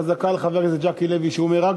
חזקה על חבר הכנסת ז'קי לוי שהוא אומר רק